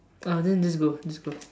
ah then just go just go